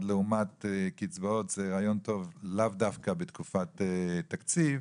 לעומת קצבאות זה רעיון טוב לאו דווקא בתקופת תקציב,